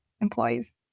employees